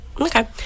Okay